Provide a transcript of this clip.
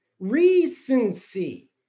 Recency